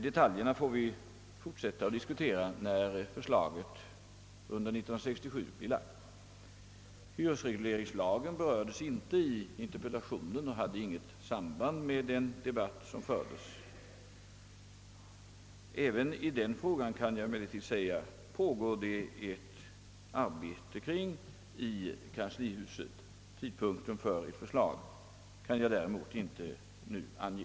Detaljerna får vi fortsätta att diskutera 1967 när förslaget framlagts. Hyresregleringslagen berördes inte i interpellationen och hade inte heller något samband med den debatt som har förts. Vi arbetar emellertid även med den frågan i kanslihuset. Tidpunkten för ett förslag kan jag däremot inte nu ange.